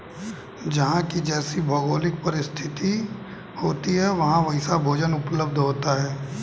जहां की जैसी भौगोलिक परिस्थिति होती है वहां वैसा भोजन उपलब्ध होता है